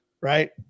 right